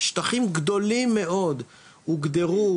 שטחים גדולים מאוד הוגדרו,